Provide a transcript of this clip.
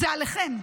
זה עליכם.